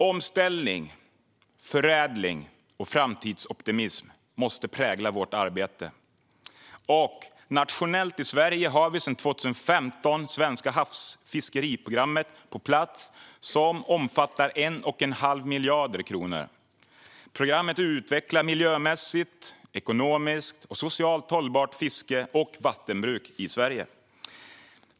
Omställning, förädling och framtidsoptimism måste prägla vårt arbete. Nationellt i Sverige har vi sedan 2015 svenska havs och fiskeriprogrammet på plats, som omfattar 1 1⁄2 miljard kronor. Programmet utvecklar miljömässigt, ekonomiskt och socialt hållbart fiske och vattenbruk i Sverige.